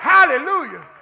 Hallelujah